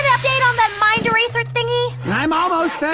update on that mind eraser thingy? i'm almost